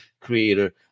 creator